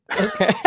Okay